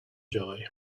joy